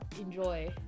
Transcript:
enjoy